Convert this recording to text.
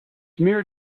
smear